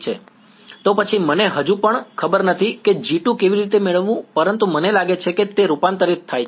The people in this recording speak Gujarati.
વિદ્યાર્થી તો પછી મને હજુ પણ ખબર નથી કે G2 કેવી રીતે મેળવવું પરંતુ મને લાગે છે કે તે રૂપાંતરિત થાય છે